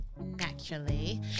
naturally